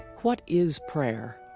what is prayer?